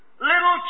little